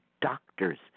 doctors